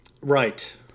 Right